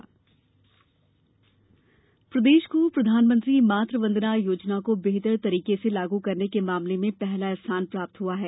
PM Matru Vandana Yojana प्रदेश को प्रधानमंत्री मात् वंदना योजना को बेहतर तरीके से लागू करने के मामले में पहला स्थान प्राप्त हुआ है